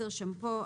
(10)שמפו,